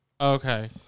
Okay